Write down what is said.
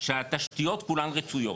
שהתשתיות כולן רצויות.